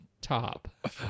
top